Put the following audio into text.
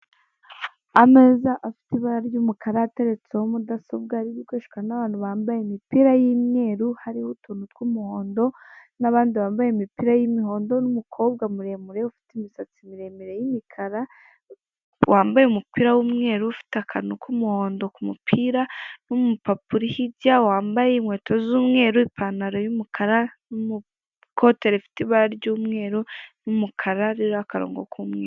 Ameza afite ibara ry'umukara ateretseho mudasobwa ari gukoreshwa n'abantu bambaye imipira y'umyeru hariho utuntu tw'umuhondo, n'abandi bambaye imipira y'imihondo n'umukobwa muremure ufite imisatsi miremire y'imikara, wambaye umupira w'umweru ufite akantu k'umuhondo ku mupira n'umupapa uri hirya wambaye inkweto z'umweru ipantaro y'umukara n'ikote rifite ibara ry umweru, n'umukara ririho akarongo k'umweru.